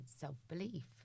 self-belief